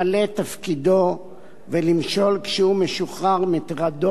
את תפקידו ולמשול כשהוא משוחרר מטרדות